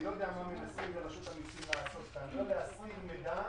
אני לא יודע מה מנסים ברשות המיסים לעשות או להסתיר מידע,